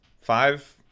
Five